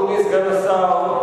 אדוני סגן השר,